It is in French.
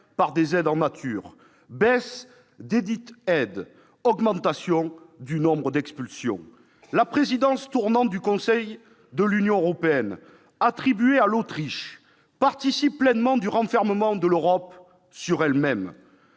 par des aides en nature, baisse desdites aides, augmentation du nombre d'expulsions ... La présidence tournante du Conseil de l'Union européenne attribuée à l'Autriche participe pleinement du renfermement de l'Europe sur elle-même.